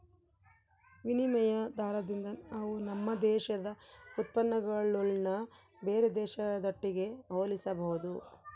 ವಿನಿಮಯ ದಾರದಿಂದ ನಾವು ನಮ್ಮ ದೇಶದ ಉತ್ಪನ್ನಗುಳ್ನ ಬೇರೆ ದೇಶದೊಟ್ಟಿಗೆ ಹೋಲಿಸಬಹುದು